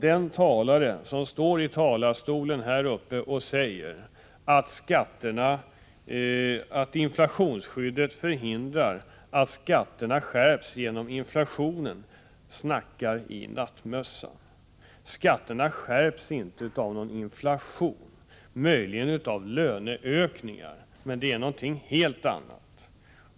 Den talare som står här och säger att inflationsskyddet förhindrar att skatterna skärps genom inflationen snackar i nattmössan. Skatterna skärps inte på grund av inflationen. Möjligen gör de det på grund av löneökningar, men det är någonting helt annat.